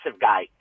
guy